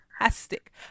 fantastic